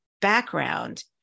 background